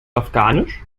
afghanisch